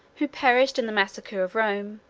who perished in the massacre of rome,